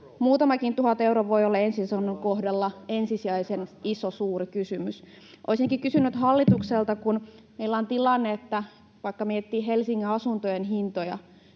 Muutamakin tuhat euroa voi olla ensiasunnon kohdalla ensisijaisen suuri kysymys. Olisinkin kysynyt hallitukselta siitä, kun meillä on tilanne, että kun vaikka miettii Helsingin asuntojen hintoja,